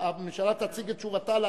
כתוב: הממשלה תציג תשובתה להצעה,